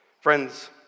Friends